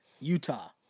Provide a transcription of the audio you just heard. Utah